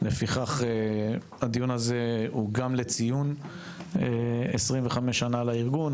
לפיכך הדיון הזה הוא גם לציון 25 שנים לארגון,